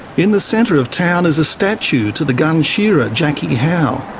in the centre of town is statue to the gun shearer jackie howe,